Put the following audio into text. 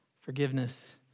Forgiveness